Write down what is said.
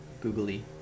googly